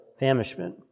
famishment